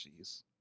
Jeez